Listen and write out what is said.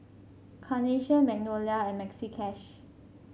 Carnation Magnolia and Maxi Cash